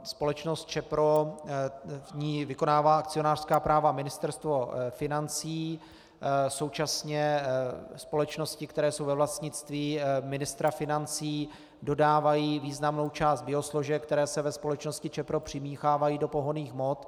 Společnost ČEPRO v ní vykonává akcionářská práva Ministerstvo financí, současně společnosti, které jsou ve vlastnictví ministra financí, dodávají významnou část biosložek, které se ve společnosti ČEPRO přimíchávají do pohonných hmot.